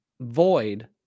Void